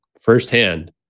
firsthand